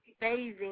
amazing